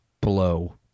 blow